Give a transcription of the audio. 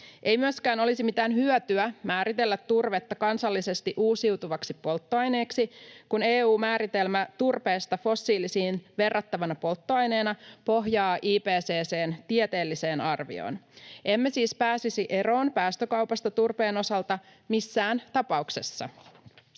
Ei myöskään olisi mitään hyötyä määritellä turvetta kansallisesti uusiutuvaksi polttoaineeksi, kun EU-määritelmä turpeesta fossiilisiin verrattavana polttoaineena pohjaa IPCC:n tieteelliseen arvioon. Emme siis pääsisi eroon päästökaupasta turpeen osalta missään tapauksessa.